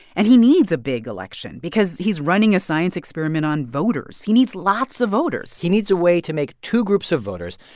and he needs a big election because he's running a science experiment on voters. he needs lots of voters he needs a way to make two groups of voters,